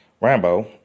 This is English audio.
Rambo